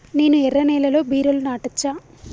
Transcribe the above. నేను ఎర్ర నేలలో బీరలు నాటచ్చా?